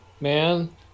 man